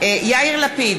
יאיר לפיד,